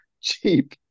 cheap